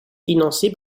financée